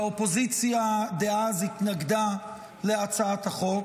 והאופוזיציה דאז התנגדה להצעת החוק.